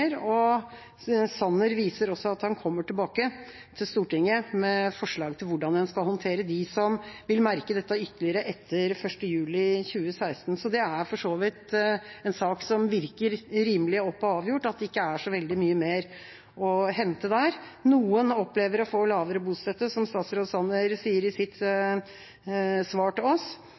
Sanner viser også til at han kommer tilbake til Stortinget med forslag til hvordan en skal håndtere dem som vil merke dette ytterligere etter 1. juli 2016, så det er for så vidt en sak som virker rimelig opp- og avgjort, og det ikke er så veldig mye mer å hente der. Noen opplever å få lavere bostøtte, som statsråd Sanner sier i sitt svar til oss,